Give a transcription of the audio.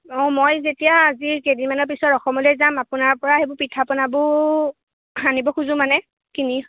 অঁ মই যেতিয়া আজি কেইদিনমানৰ পিছত অসমলৈ যাম আপোনাৰ পৰা সেইবোৰ পিঠা পনাবোৰ আনিব খোজোঁ মানে কিনি